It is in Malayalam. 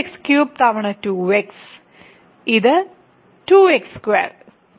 2x3 തവണ 2x ഇത് 2x2 2x2 തവണ 3x3